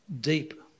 deep